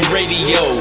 Radio